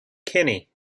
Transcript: kenny